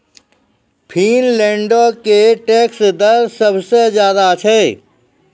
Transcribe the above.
फिनलैंडो के टैक्स दर सभ से ज्यादे छै